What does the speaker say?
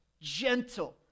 gentle